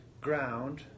ground